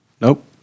Nope